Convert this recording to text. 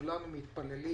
כולנו מתפללים